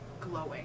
glowing